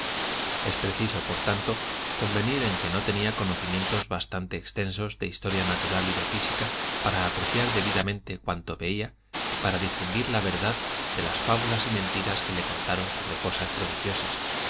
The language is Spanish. es preciso por tanto convenir en que no tenía conocimientos bastante extensos de historia natural y de física para apreciar debidamente cuanto veía y para distinguir la verdad de las fábulas y mentiras que le contaron sobre cosas prodigiosas